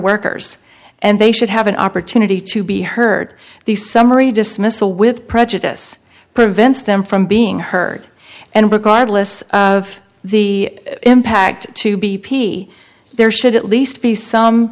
workers and they should have an opportunity to be heard the summary dismissal with prejudice prevents them from being heard and regardless of the impact to b p there should at least be some